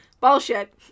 Bullshit